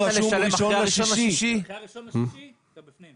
התאריך שרשום אחרי 1.6 אתה בפנים.